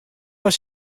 foar